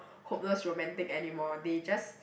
hopeless romantic anymore they just